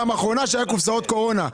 היו קופסאות הקורונה.